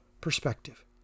perspective